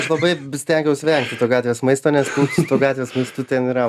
aš labai stengiaus vengti to gatvės maisto nes su tuo gatvės maistu ten yra